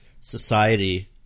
society